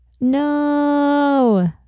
No